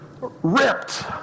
ripped